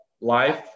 life